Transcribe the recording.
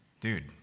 Dude